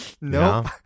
Nope